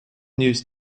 news